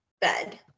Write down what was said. bed